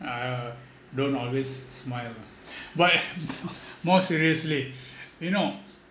I'll don't always s~ smile ah but more seriously you know